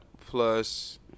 plus